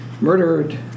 murdered